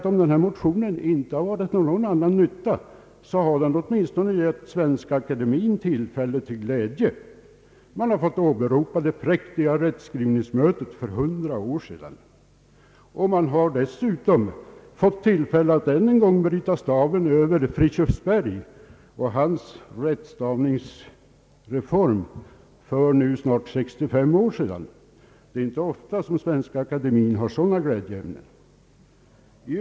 Om denna motion inte har varit till någon annan nytta, har den åtminstone berett akademien glädje. Den har fått åberopa det präktiga rättsskrivningsmötet för 100 år sedan och dessutom fått tillfälle att än en gång bryta staven över Fridtjuv Berg och hans rättsstavningsreform för snart 65 år sedan. Svenska akademien har inte ofta sådan glädjeämnen.